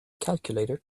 calculator